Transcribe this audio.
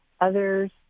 others